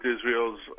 Israel's